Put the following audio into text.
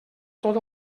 tot